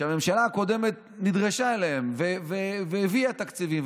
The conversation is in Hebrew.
שהממשלה הקודמת נדרשה אליהן והביאה תקציבים.